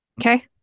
Okay